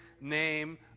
name